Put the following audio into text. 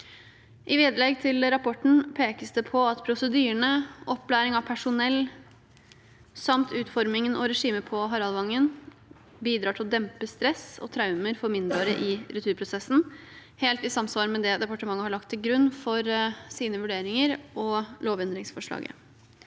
I vedlegg til rapporten pekes det på at prosedyrene, opplæring av personell samt utformingen og regimet på Haraldvangen bidrar til å dempe stress og traumer for mindreårige i returprosessen – helt i samsvar med det departementet har lagt til grunn for sine vurderinger og lovendringsforslaget.